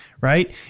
right